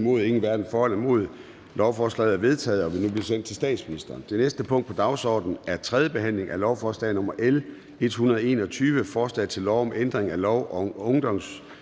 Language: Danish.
0, hverken for eller imod stemte 0. Lovforslaget er vedtaget og vil nu blive sendt til statsministeren. --- Det næste punkt på dagsordenen er: 16) 3. behandling af lovforslag nr. L 111: Forslag til lov om ændring af lov om godskørsel.